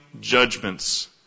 judgments